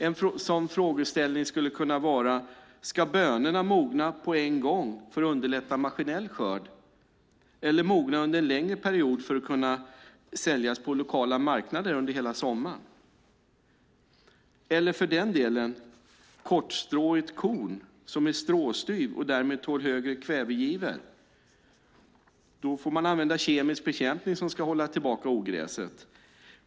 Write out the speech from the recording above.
En sådan frågeställning skulle kunna vara: Ska bönorna mogna på en gång för att underlätta maskinell skörd eller mogna under en längre period för att kunna säljas på lokala marknader under hela sommaren? För kortstråigt korn som är stråstyvt och därmed tål högre kvävegivor får man använda kemisk bekämpning som ska hålla tillbaka ogräset.